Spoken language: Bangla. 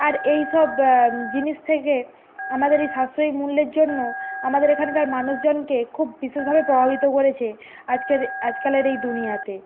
আর এইসব ব্যা জিনিস থেকে আমাদের এই সাশ্রয়ী মূল্যের জন্য আমাদের এখানকার মানুষজনকে খুব বিশেষভাবে প্রভাবিত করেছে আজকের আজকালের এই দুনিয়াতে